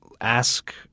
ask